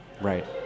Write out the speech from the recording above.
right